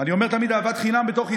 אני אומר תמיד אהבת חינם בתוך ישראל,